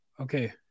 Okay